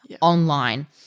online